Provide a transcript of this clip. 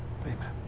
amen